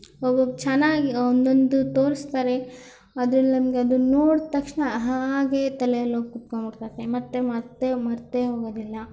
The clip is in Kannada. ಒಬ್ಬೊಬ್ರು ಚೆನ್ನಾಗಿ ಒಂದೊಂದು ತೋರಿಸ್ತಾರೆ ಅದ್ರಲ್ಲಿ ನಮಗೆ ಅದನ್ನ ನೋಡ್ ತಕ್ಷಣ ಹಾಗೆ ತಲೆಯಲ್ಲಿ ಹೋಗಿ ಕೂತ್ಕೋಬಿಡ್ತೈತೆ ಮತ್ತೆ ಮರೆತೇ ಮರೆತೇ ಹೋಗೊದಿಲ್ಲ